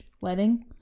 wedding